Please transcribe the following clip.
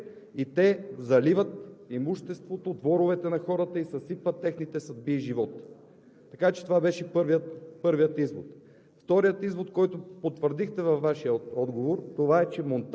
трябваше да се ремонтират веднага. За четири години Вие проектирате и те заливат имуществото, дворовете на хората и съсипват техните съдби и живот. Така че това беше първият извод.